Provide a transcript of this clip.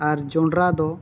ᱟᱨ ᱡᱚᱱᱰᱨᱟ ᱫᱚ